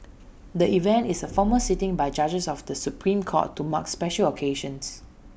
the event is A formal sitting by judges of the Supreme court to mark special occasions